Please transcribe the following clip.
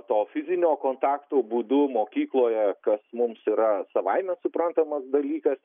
to fizinio kontakto būdu mokykloje kas mums yra savaime suprantamas dalykas